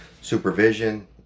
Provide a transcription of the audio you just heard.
supervision